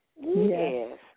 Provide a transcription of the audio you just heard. Yes